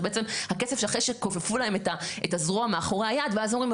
זה בעצם הכסף אחרי שכופפו להם את הזרוע מאחורי היד ואז אומרים,